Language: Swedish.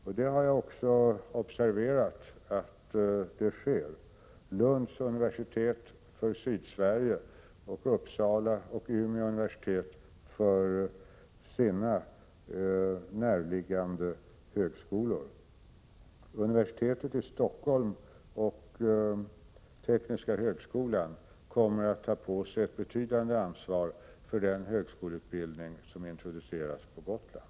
Jag har också observerat att så sker: från Lunds universitet för Sydsverige och från Uppsala och Umeå för deras närliggande högskolor. Universitetet i Stockholm och Tekniska högskolan där kommer att ta på sig ett betydande ansvar för den högskoleutbildning som introduceras på Gotland.